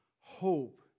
Hope